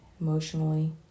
emotionally